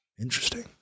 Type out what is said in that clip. Interesting